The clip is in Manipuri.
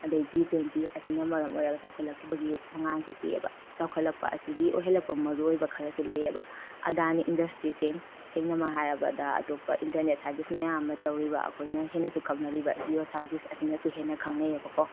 ꯑꯗꯒꯤ ꯖꯤ ꯇ꯭ꯋꯦꯟꯇꯤ ꯑꯁꯤꯅ ꯃꯔꯝ ꯑꯣꯏꯔꯒ ꯆꯥꯎꯈꯠꯂꯛꯈꯤꯕꯒꯤ ꯃꯉꯥꯜꯁꯨ ꯄꯤꯌꯦꯕ ꯆꯥꯎꯈꯠꯂꯛꯄ ꯑꯁꯤꯒꯤ ꯑꯣꯏꯍꯜꯂꯛꯄ ꯃꯔꯨ ꯑꯣꯏꯕ ꯈꯔꯁꯨ ꯂꯩꯌꯦꯕ ꯑꯗꯥꯅꯤ ꯏꯟꯗꯁꯇ꯭ꯔꯤꯁꯤꯡ ꯁꯦꯡꯅꯃꯛ ꯍꯥꯏꯔꯕꯗ ꯑꯇꯣꯞꯄ ꯏꯟꯇꯔꯅꯦꯠ ꯁꯔꯚꯤꯁ ꯃꯌꯥꯝ ꯑꯃ ꯇꯧꯔꯤꯕ ꯑꯩꯈꯣꯏꯅ ꯍꯦꯟꯅꯁꯨ ꯈꯪꯅꯔꯤꯕ ꯖꯤꯌꯣ ꯁꯔꯚꯤꯁ ꯑꯁꯤꯅꯁꯨ ꯍꯦꯟꯅ ꯈꯪꯅꯩꯌꯦꯕꯀꯣ